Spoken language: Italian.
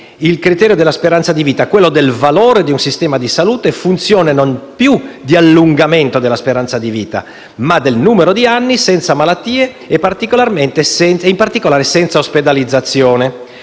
il criterio della speranza di vita, quello del valore di un sistema di salute, funzione non più di allungamento della speranza di vita, ma del numero di anni senza malattie e, in particolare, senza ospedalizzazione.